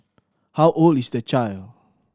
how old is the child